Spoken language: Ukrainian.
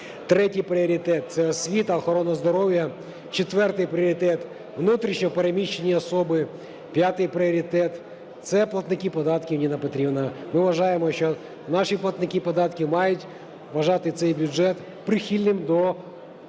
Третій пріоритет – це освіта, охорона здоров'я. Четвертий пріоритет – внутрішньо переміщені особи. П'ятий пріоритет – це платники податків, Ніна Петрівна. Ми вважаємо, що наші платники податків мають вважати цей бюджет прихильним до громадян.